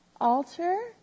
altar